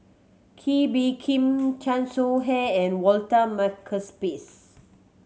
Kee Bee Khim Chan Soh Ha and Walter